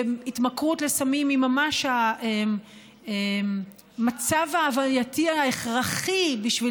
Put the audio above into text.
והתמכרות לסמים היא ממש המצב ההווייתי ההכרחי בשביל